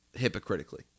hypocritically